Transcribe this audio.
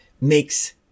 makes